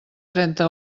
trenta